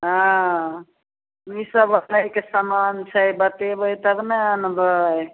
हँ की सब अपनेके सामान छै बतेबै तहन ने अनबै